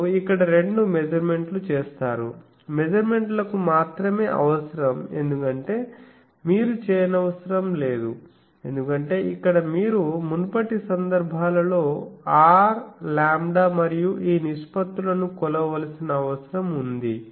మీరు ఇక్కడ రెండు మెజర్మెంట్లు చేస్తారు మెజర్మెంట్ లకు మాత్రమే అవసరం ఎందుకంటే మీరు చేయనవసరం లేదు ఎందుకంటే ఇక్కడ మీరు మునుపటి సందర్భాలలో R λ మరియు ఈ నిష్పత్తులను కొలవవలసిన అవసరం ఉంది